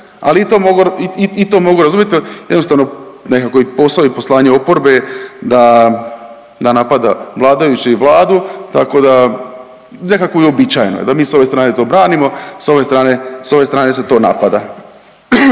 i to mogu razumjeti jel jednostavno nekako i posao i poslanje oporbe je da, da napada vladajuće i Vladu, tako da nekako je uobičajeno da mi s ove strane to branimo, s ove strane, s ove